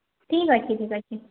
ଠିକ୍ ଅଛି ଠିକ୍ ଅଛି